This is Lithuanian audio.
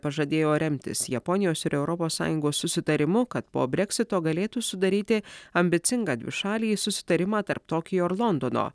pažadėjo remtis japonijos ir europos sąjungos susitarimu kad po breksito galėtų sudaryti ambicingą dvišalį susitarimą tarp tokijo ir londono